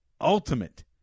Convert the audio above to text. ultimate